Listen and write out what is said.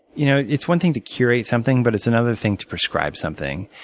you know it's one thing to curate something, but it's another thing to prescribe something.